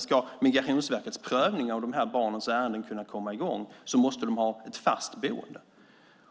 Ska Migrationsverkets prövning av de här barnens ärenden kunna komma i gång måste de ha ett fast boende.